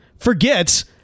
forget